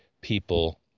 people